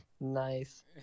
Nice